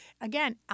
Again